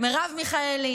מרב מיכאלי.